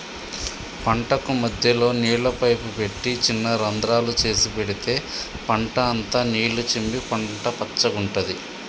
పంటకు మధ్యలో నీళ్ల పైపు పెట్టి చిన్న రంద్రాలు చేసి పెడితే పంట అంత నీళ్లు చిమ్మి పంట పచ్చగుంటది